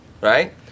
right